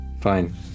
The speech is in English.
Fine